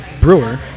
brewer